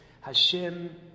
Hashem